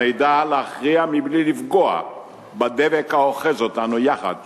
הנדע להכריע בלי לפגוע בדבק האוחז אותנו יחד